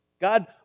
God